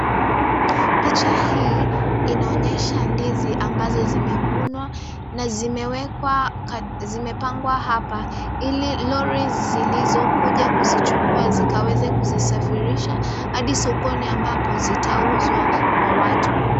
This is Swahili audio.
Picha hii inaonyesha ndizi ambazo zimevunwa na zimewekwa zimepangwa hapa ili lori zilizokuja kuzichukua zikaweze kuzisafirisha hadi sokoni ambapo zitauzwa kwa watu.